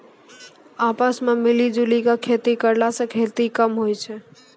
आपस मॅ मिली जुली क खेती करला स खेती कम होय छै